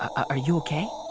are you ok? yeah,